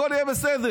הכול יהיה בסדר.